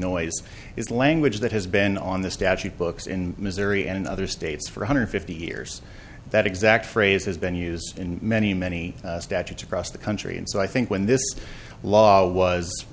noise is language that has been on the statute books in missouri and other states for one hundred fifty years that exact phrase has been used in many many statutes across the country and so i think when this law was